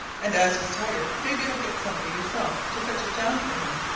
and as he's tired, maybe you'll get somebody yourself to fetch it down for him?